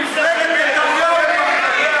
הוא עושה על הגב שלכם פוליטיקות ולא אכפת לכם.